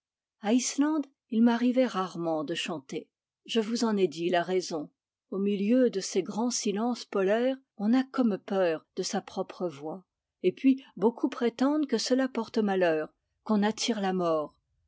a islande il m'arrivait rarement de chanter je vous en ai dit la raison au milieu de ces grands silences polaires on a comme peur de sa propre voix et puis beaucoup prétendent que cela porte malheur qu'on attire la mort